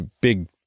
big